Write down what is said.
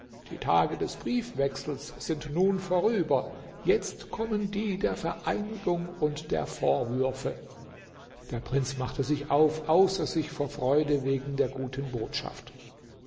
die tage des briefwechsels sind nun vorüber jetzt kommen die der vereinigung und der vorwürfe der prinz machte sich auf außer sich vor freude wegen der guten botschaft